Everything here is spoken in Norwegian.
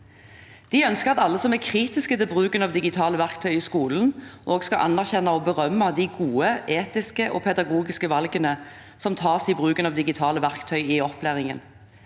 De ønsker at alle som er kritisk til bruken av digitale verktøy i skolen, også skal anerkjenne og berømme de gode, etiske og pedagogiske valgene som tas i bruken av digitale verktøy i opplæringen.